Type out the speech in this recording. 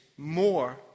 more